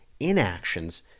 inactions